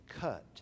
cut